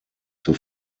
zur